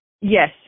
Yes